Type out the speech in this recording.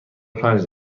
پنج